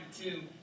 two